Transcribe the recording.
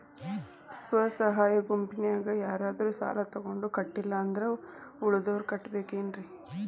ಸ್ವ ಸಹಾಯ ಗುಂಪಿನ್ಯಾಗ ಯಾರಾದ್ರೂ ಸಾಲ ತಗೊಂಡು ಕಟ್ಟಿಲ್ಲ ಅಂದ್ರ ಉಳದೋರ್ ಕಟ್ಟಬೇಕೇನ್ರಿ?